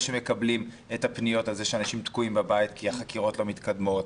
שמקבלים את הפניות על כך שאנשים תקועים בבית כי החקירות לא מתקדמות.